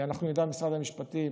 אנחנו נדע, משרד המשפטים,